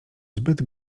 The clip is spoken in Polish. zbyt